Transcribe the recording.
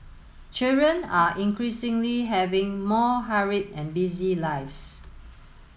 children are increasingly having more hurried and busy lives